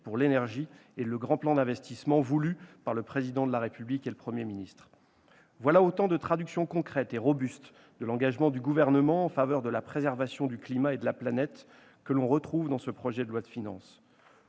pour l'énergie et du grand plan d'investissement voulu par le Président de la République et le Premier ministre. Ce sont autant de traductions concrètes et robustes de l'engagement du Gouvernement en faveur de la préservation du climat et de la planète que l'on retrouve dans ce projet de loi de finances.